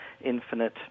infinite